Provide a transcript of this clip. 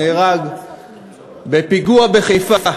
שנהרג בפיגוע בחיפה.